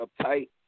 uptight